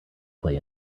play